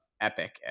Epic